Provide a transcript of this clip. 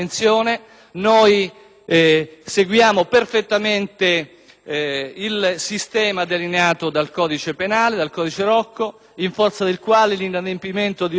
il sistema delineato dal codice Rocco, in forza del quale l'inadempimento di ordine amministrativo di polizia è sanzionato con una contravvenzione.